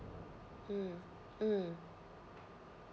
mm mm